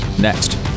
next